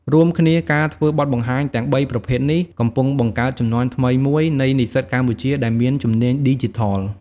រួមគ្នា ការធ្វើបទបង្ហាញទាំងបីប្រភេទនេះកំពុងបង្កើតជំនាន់ថ្មីមួយនៃនិស្សិតកម្ពុជាដែលមានជំនាញឌីជីថល។